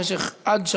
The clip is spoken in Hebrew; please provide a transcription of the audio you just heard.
אז תשב במקומך,